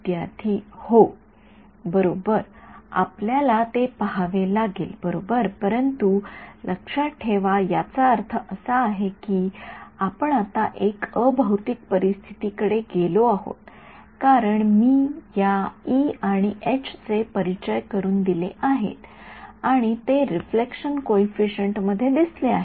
विद्यार्थी हो बरोबर आपल्याला ते पहावे लागेल बरोबर परंतु लक्षात ठेवा याचा अर्थ असा आहे की आपण आता एक अभौतिक परिस्थितीकडे गेलो आहोत कारण मी या ई आणि एच चे परिचय करून दिले आणि ते रिफ्लेक्शन कॉइफिसिएंट मध्ये दिसले आहेत